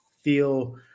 feel